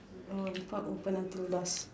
uh park open until dusk